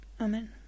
Amen